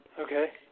Okay